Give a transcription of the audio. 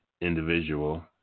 individual